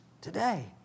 today